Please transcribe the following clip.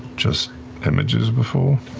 just images before?